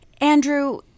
Andrew